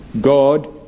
God